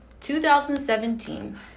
2017